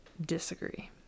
Disagree